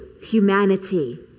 humanity